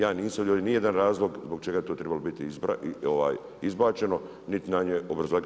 Ja nisam vidio ni jedan razlog zbog čega je to trebalo biti izbačeno niti na … kazao.